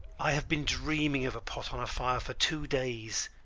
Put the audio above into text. i have been dreaming of a pot on a fire for two days.